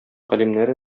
галимнәре